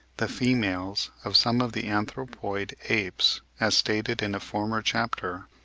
the females of some of the anthropoid apes, as stated in a former chapter,